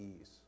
ease